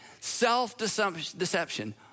self-deception